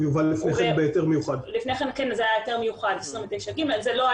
לפני כן זה היה היתר מיוחד ולא באישור.